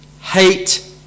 hate